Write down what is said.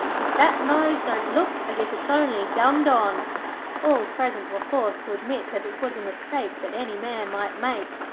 if that nose don't look as if it's only gummed on all present were forced to admit that it was a mistake that any man might make.